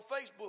Facebook